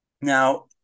Now